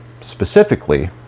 specifically